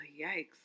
yikes